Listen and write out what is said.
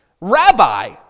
Rabbi